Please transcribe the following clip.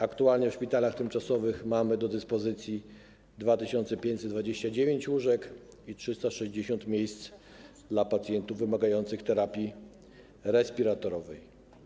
Aktualnie w szpitalach tymczasowych mamy do dyspozycji 2529 łóżek i 360 miejsc dla pacjentów wymagających terapii respiratorowej.